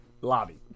Lobby